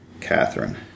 Catherine